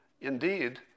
Indeed